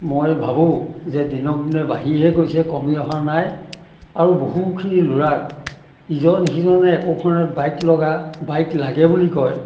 মই ভাবোঁ যে দিনক দিনে বাঢ়িহে গৈছে কমি অহা নাই আৰু বহুখিনি ল'ৰাক ইজন সিজনে একোখনে বাইক লগা বাইক লাগে বুলি কয়